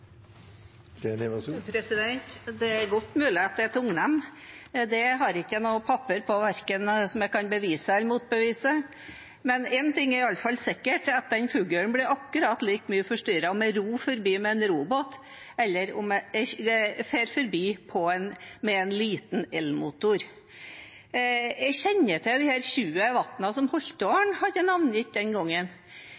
stille. Det er godt mulig at jeg er tungnem, jeg har ikke noe papir som kan verken bevise eller motbevise det, men én ting er i alle fall sikkert: Den fuglen blir akkurat like mye forstyrret om jeg ror forbi med en robåt, eller om jeg farer forbi med en liten elmotor. Jeg kjenner til disse 20 vannene som